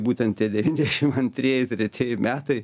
būtent devyniasdešim antrieji tretieji metai